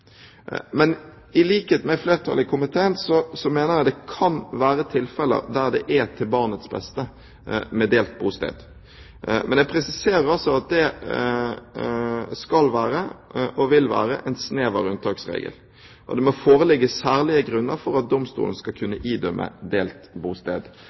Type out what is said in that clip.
men i likhet med flertallet i komiteen mener jeg det kan være tilfeller der det er til barnets beste med delt bosted. Men jeg presiserer altså at det skal være – og vil være – en snever unntaksregel, og det må foreligge særlige grunner for at domstolen skal kunne idømme delt bosted.